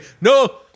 No